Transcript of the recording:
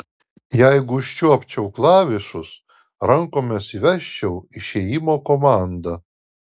jeigu užčiuopčiau klavišus rankomis įvesčiau išėjimo komandą